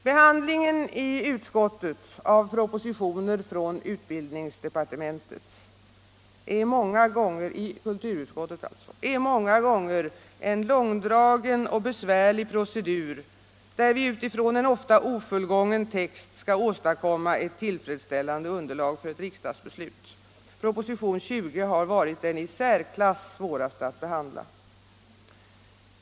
Behandlingen i kulturutskottet av propositioner från utbildningsdepartementet är många gånger en långdragen och besvärlig procedur, där vi utifrån en ofta ofullgången text skall åstadkomma ett tillfredsställande underlag för ett riksdagsbeslut. Propositionen 20 har varit den i särklass svåraste att behandla.